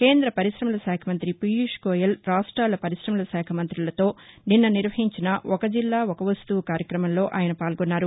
కేంద్ర పరిశమల శాఖ మంత్రి పీయూష్ గోయల్ రాష్ట్రాల పరిశ్రమల శాఖ మంత్రులతో నిన్న నిర్వహించిన ఒక జిల్లా ఒక వస్తవు కార్యక్రమంలో ఆయన పాల్గొన్నారు